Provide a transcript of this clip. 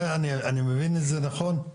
אני מבין את זה נכון?